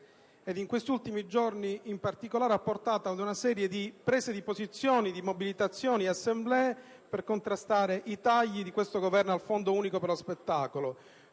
e negli ultimi giorni in particolare, ha portato a prese di posizione, mobilitazioni ed assemblee per contrastare i tagli del Governo al Fondo unico per lo spettacolo